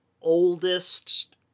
oldest